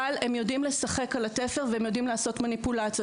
אבל הם יודעים לשחק על התפר והם יודעים לעשות מניפולציות.